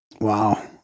Wow